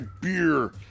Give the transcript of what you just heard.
beer